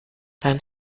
beim